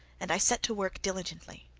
and i set to work diligently.